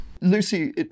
Lucy